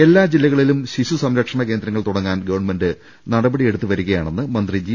എല്ലാ ജില്ലകളിലും ശിശു സംരക്ഷണ കേന്ദ്രങ്ങൾ തുട ങ്ങാൻ ഗവൺമെന്റ് നടപടിയെടുത്തുവരികയാണെന്ന് മന്ത്രി ജി